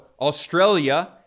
Australia